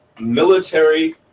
military